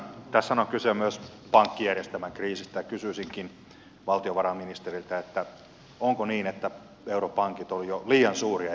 tässähän on kyse myös pankkijärjestelmän kriisistä ja kysyisinkin valtiovarainministeriltä onko niin että europankit olivat jo liian suuria epäonnistumaan